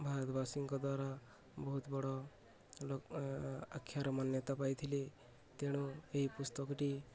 ଭାରତବାସୀଙ୍କ ଦ୍ୱାରା ବହୁତ ବଡ଼ ଲ ଆକ୍ଷାର ମାନ୍ୟତା ପାଇଥିଲେ ତେଣୁ ଏହି ପୁସ୍ତକଟି